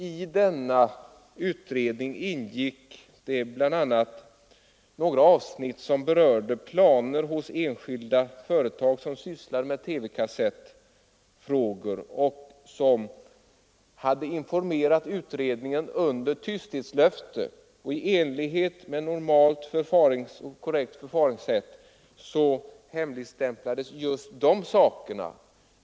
I denna utredning ingick bl.a. några avsnitt som berörde planer hos enskilda företag som sysslar med TV-kassetter och som hade informerat utredningen under tysthetslöfte. I enlighet med korrekt förfaringssätt hemligstämplades just dessa saker.